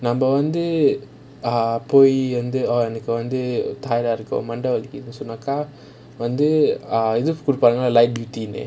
நம்ம வந்து போய் வந்து எனக்கு வந்து:namma vanthu poi vanthu ennakku vanthu tired ah இருக்கு மண்டை வலிக்கிதுன்னு சொன்னாய்:irukku mandai valikithunnu sonnaakkaa light routine eh